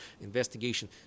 investigation